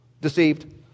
Deceived